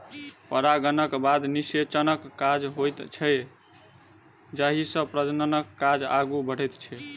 परागणक बाद निषेचनक काज होइत छैक जाहिसँ प्रजननक काज आगू बढ़ैत छै